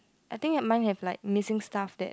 I think that mine have like missing stuff that